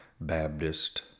Baptist